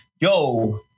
yo